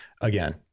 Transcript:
Again